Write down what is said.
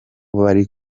bari